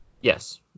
Yes